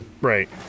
Right